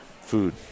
food